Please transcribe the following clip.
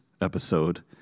episode